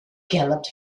galloped